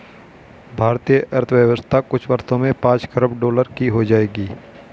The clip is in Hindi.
भारतीय अर्थव्यवस्था कुछ वर्षों में पांच खरब डॉलर की हो जाएगी